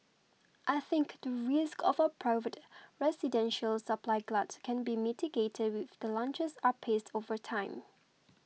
I think the risk of a private residential supply glut can be mitigated if the launches are paced over time